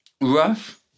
rough